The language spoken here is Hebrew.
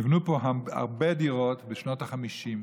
נבנו פה הרבה דירות בשנות החמישים.